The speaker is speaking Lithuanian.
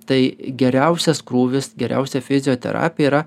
tai geriausias krūvis geriausia fizioterapija yra